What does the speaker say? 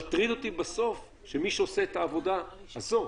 מטריד אותי בסוף שמי שעושה את העבודה הזאת,